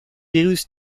virus